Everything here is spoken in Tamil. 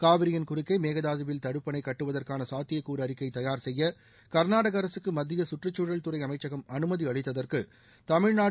காவிரியின் குறுக்கே மேகதாதுவில் தடுப்பணை கட்டுவதற்கான சாத்தியக்கூறு அறிக்கை தயாா் செய்ய கர்நாடக அரசுக்கு மத்திய சுற்றுச்சூழல் துறை அமைச்சகம் அனுமதி அளித்ததற்கு தமிழ்நாடு